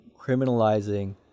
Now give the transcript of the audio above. criminalizing